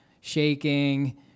shaking